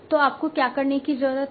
तो आपको क्या करने की जरूरत है